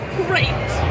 great